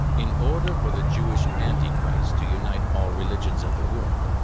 in order for the jewish antichrist to unite all religions of the world,